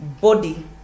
body